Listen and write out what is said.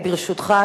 ברשותך,